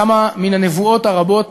כמה מן הנבואות הרבות,